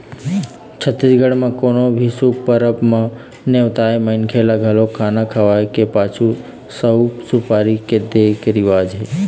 छत्तीसगढ़ म कोनो भी शुभ परब म नेवताए मनखे ल घलोक खाना खवाए के पाछू सउफ, सुपारी दे के रिवाज हे